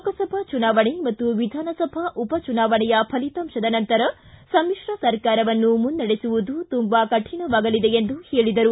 ಲೋಕಸಭಾ ಚುನಾವಣೆ ಮತ್ತು ವಿಧಾನಸಭಾ ಉಪಚುನಾವಣೆಯ ಫಲಿತಾಂಶದ ನಂತರ ಸಮಿತ್ರ ಸರ್ಕಾರವನ್ನು ಮುನ್ನಡೆಸುವುದು ತುಂಬಾ ಕಠಿಣವಾಗಲಿದೆ ಎಂದು ಹೇಳಿದರು